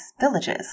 villages